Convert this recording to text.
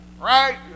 right